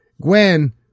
Gwen